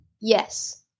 Yes